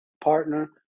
partner